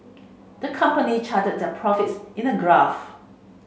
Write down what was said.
the company charted their profits in a graph